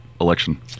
election